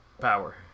power